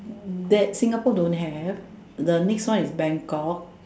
that Singapore don't have the next one is Bangkok